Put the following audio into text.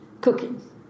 Cooking